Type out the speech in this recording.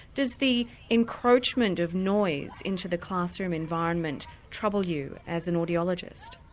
does the encroachment of noise into the classroom environment trouble you as an audiologist?